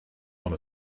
one